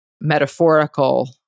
metaphorical